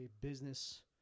business